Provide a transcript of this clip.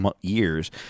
years